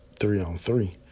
three-on-three